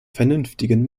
vernünftigen